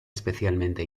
especialmente